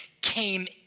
came